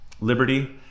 Liberty